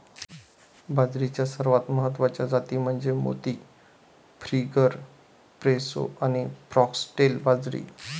बाजरीच्या सर्वात महत्वाच्या जाती म्हणजे मोती, फिंगर, प्रोसो आणि फॉक्सटेल बाजरी